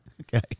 Okay